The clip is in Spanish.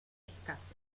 escasos